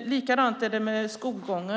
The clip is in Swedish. Likadant är det med skolgången.